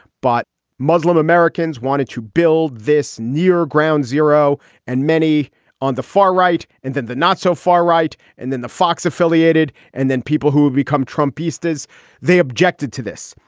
but muslim americans wanted to build this near ground zero and many on the far right. and then the not so far right. and then the fox affiliated. and then people who have become trump maestas, they objected to this.